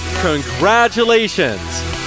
congratulations